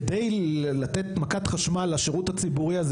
כדי לתת מכת חשמל לשירות הציבורי הזה